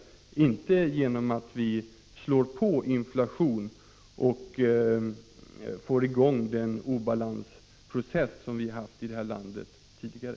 Det gör vi inte genom att vi ”slår på” inflation och får i gång en sådan obalansprocess som vi har haft här i landet tidigare.